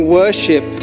worship